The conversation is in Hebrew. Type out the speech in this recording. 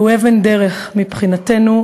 הוא אבן דרך מבחינתנו.